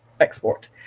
export